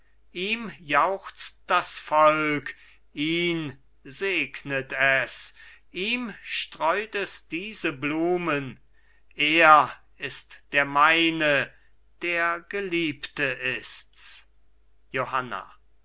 ihm jauchzt das volk ihn segnet es ihm streut es diese blumen er ist der meine der geliebte ists johanna